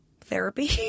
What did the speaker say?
therapy